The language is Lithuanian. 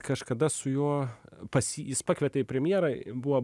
kažkada su juo pas jį jis pakvietė į premjerą buvo